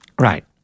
Right